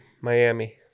Miami